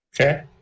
Okay